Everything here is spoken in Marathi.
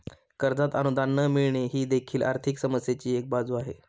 कर्जात अनुदान न मिळणे ही देखील आर्थिक समस्येची एक बाजू आहे